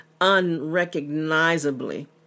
unrecognizably